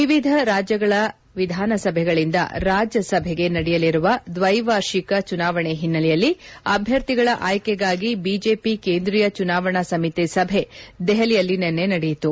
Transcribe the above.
ವಿವಿಧ ರಾಜ್ಯಗಳ ವಿಧಾನಸಭೆಗಳಿಂದ ರಾಜ್ಯಸಭೆಗೆ ನಡೆಯಲಿರುವ ದೈವಾರ್ಷಿಕ ಚುನಾವಣೆ ಓನ್ನಲೆಯಲ್ಲಿ ಅಭ್ಯರ್ಥಿಗಳ ಆಯ್ಕೆಗಾಗಿ ಬಿಜೆಪಿ ಕೇಂದ್ರೀಯ ಚುನಾವಣಾ ಸಮಿತಿ ಸಭೆ ನವದೆಹಲಿಯಲ್ಲಿ ನಿನ್ನೆ ನಡೆಯಿತು